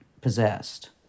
possessed